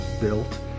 built